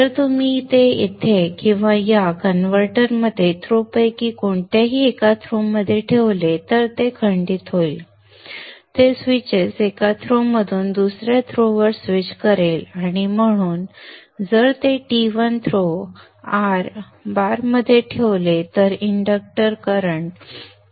जर तुम्ही ते इथे किंवा या कन्व्हर्टरमध्ये थ्रो पैकी कोणत्याही एका थ्रोमध्ये ठेवले तर ते खंडित होईल ते स्विचेस एका थ्रोमधून दुसऱ्या थ्रोवर स्विच करेल आणि म्हणून जर ते T1 थ्रो R बारमध्ये ठेवले तर इंडक्टर करंट तुटतो